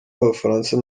b’abafaransa